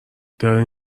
دارین